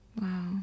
Wow